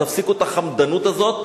תפסיקו את החמדנות הזאת,